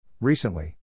Recently